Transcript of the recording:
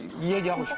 yu huiyeol's